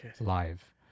live